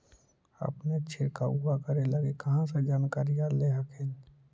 अपने छीरकाऔ करे लगी कहा से जानकारीया ले हखिन?